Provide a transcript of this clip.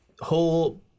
whole